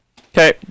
Okay